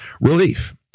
relief